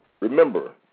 remember